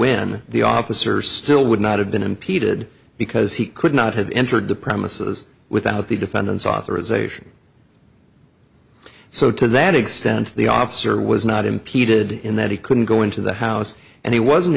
when the officer still would not have been impeded because he could not have entered the premises without the defendant's authorization so to that extent the officer was not impeded in that he couldn't go into the house and he wasn't